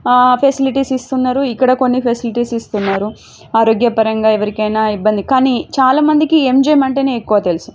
facilities ఇస్తున్నారు ఇక్కడ కొన్ని ఫెసిలిటీస్ ఇస్తున్నారు ఆరోగ్య పరంగా ఎవరికైనా ఇబ్బంది కానీ చాలా మందికి ఎంజీఎం అంటేనే ఎక్కువ తెలుసు